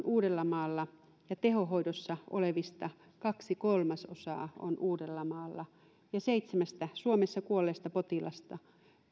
uudellamaalla ja tehohoidossa olevista kaksi kolmasosaa on uudellamaalla seitsemästä suomessa kuolleesta potilaasta